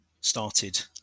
started